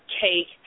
cake